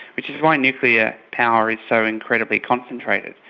which is why nuclear power is so incredibly concentrated.